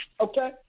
Okay